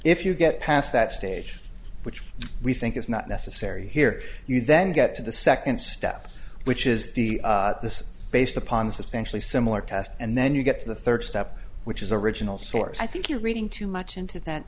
if you get past that stage which we think is not necessary here you then get to the second step which is the this is based upon a substantially similar test and then you get to the third step which is original source i think you're reading too much into that